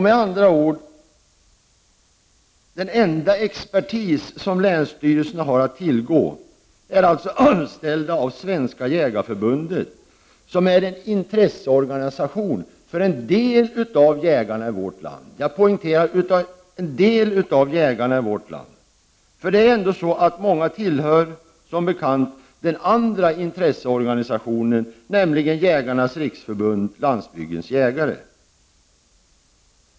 Med andra ord: Den enda expertis som länsstyrelserna har att tillgå är anställda hos Svenska jägareförbundet, som är en intresseorganisation för en del av jägarna i vårt land - jag poängterar en del av jägarna i vårt land. Många jägare tillhör som bekant den andra intresseorganisationen, Jägarnas riksförbund - Landsbygdens jägare.